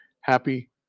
happy